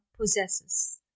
possesses